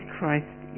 Christ